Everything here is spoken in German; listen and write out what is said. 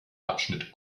abschnitt